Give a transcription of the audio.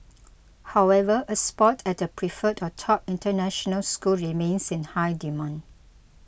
however a spot at a preferred or top international school remains in high demand